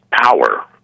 power